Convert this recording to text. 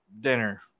dinner